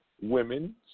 women